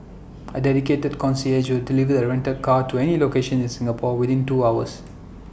A dedicated concierge deliver the rented car to any location in Singapore within two hours